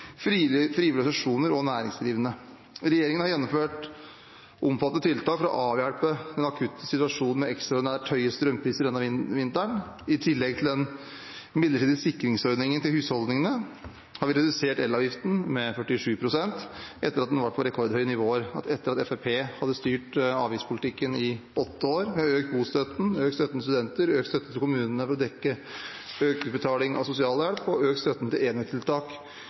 å avhjelpe den akutte situasjonen med ekstraordinært høye strømpriser denne vinteren. I tillegg til den midlertidige sikringsordningen til husholdningene har vi redusert elavgiften med 47 pst. – etter at den var på rekordhøye nivåer etter at Fremskrittspartiet hadde styrt avgiftspolitikken i åtte år. Vi har økt bostøtten, økt støtten til studenter, økt støtten til kommunene for å dekke økt utbetaling av sosialhjelp og økt støtten til